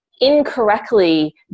incorrectly